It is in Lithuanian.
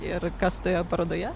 ir kas toje parodoje